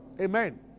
Amen